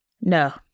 No